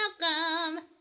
welcome